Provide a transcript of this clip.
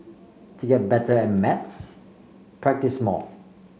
to get better at maths practise more